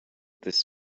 this